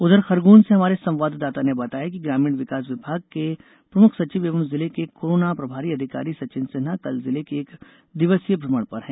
उधर खरगोन से हमारे संवाददाता ने बताया है कि ग्रामीण विकास विभाग के प्रमुख सचिव एवं जिले के कोरोना प्रभारी अधिकारी सचिन सिन्हा कल जिले के एक दिवसीय भ्रमण पर रहे